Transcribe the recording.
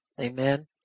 Amen